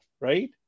right